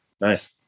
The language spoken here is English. Nice